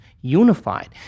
unified